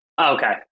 Okay